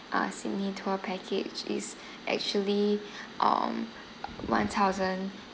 uh sydney tour package is actually um one thousand